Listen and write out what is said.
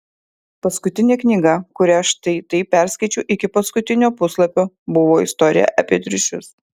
paskutinė knyga kurią štai taip perskaičiau iki paskutinio puslapio buvo istorija apie triušius